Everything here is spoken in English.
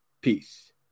Peace